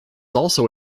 also